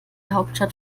hauptstadt